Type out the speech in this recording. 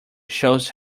shows